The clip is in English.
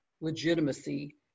legitimacy